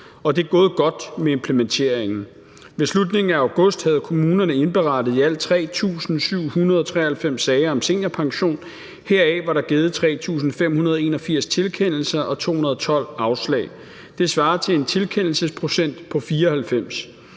det er gået godt med implementeringen. Ved slutningen af august havde kommunerne indberettet i alt 3.793 sager om seniorpension, og heraf var der givet 3.581 tilkendelser og 212 afslag. Det svarer til en tilkendendelsesprocent på 94.